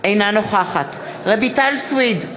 אינה נוכחת רויטל סויד,